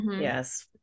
yes